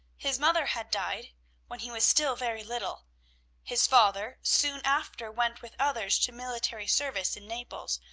his mother had died when he was still very little his father soon after went with others to military service in naples,